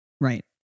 Right